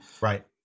right